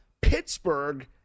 Pittsburgh